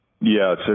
Yes